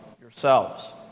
yourselves